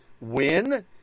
win